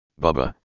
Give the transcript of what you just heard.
Bubba